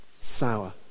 sour